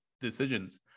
decisions